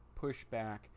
pushback